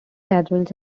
cathedrals